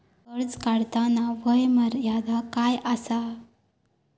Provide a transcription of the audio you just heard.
कर्ज काढताना वय मर्यादा काय आसा?